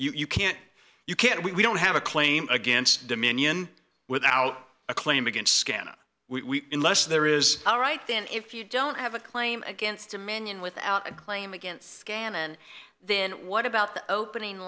you can't you can't we don't have a claim against dominion without a claim against scana we in less there is alright then if you don't have a claim against a minion without a claim against gammon then what about the opening